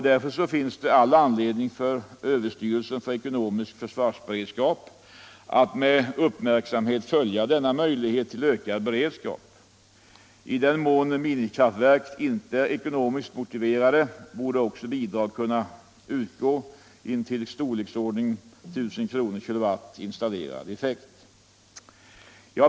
Därför finns det all anledning för överstyrelsen för ekonomisk försvarsberedskap att med 81 uppmärksamhet följa denna möjlighet till ökad beredskap. I den mån minikraftverk inte är ekonomiskt motiverade borde också bidrag kunna utgå intill storleksordningen 1000 kr./kW installerad effekt.